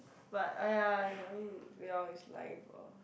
but !aiya! yeah I mean Val is liable